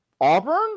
Auburn